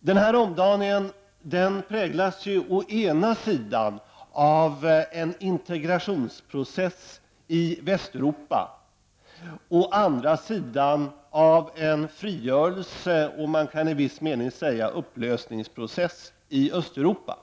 Den här omdaningen präglas å ena sidan av en integrationsprocess i Västeuropa och å andra sidan av en frigörelse och man kan i viss mening säga en upplösningsprocess i Östeuropa.